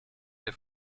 der